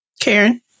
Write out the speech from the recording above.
Karen